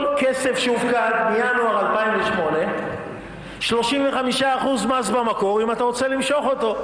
כל כסף שהופקד מינואר 2008 35% מס במקור אם אתה רוצה למשוך אותו.